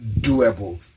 doable